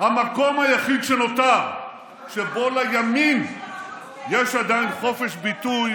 המקום היחיד שנותר שבו לימין יש עדיין חופש ביטוי